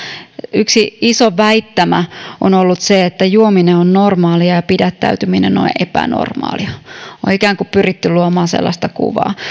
yksi iso väittämä on ollut se että juominen on normaalia ja pidättäytyminen on epänormaalia on ikään kuin pyritty luomaan sellaista kuvaa